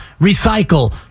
recycle